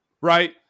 right